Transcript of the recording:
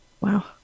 Wow